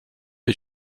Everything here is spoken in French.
est